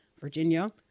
Virginia